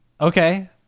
Okay